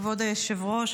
כבוד היושב-ראש,